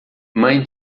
mãe